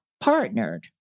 partnered